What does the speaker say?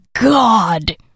god